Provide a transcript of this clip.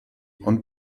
und